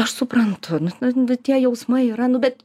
aš suprantu nu nu n tie jausmai yra nu bet